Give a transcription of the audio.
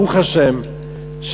ברוך השם,